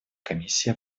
комиссии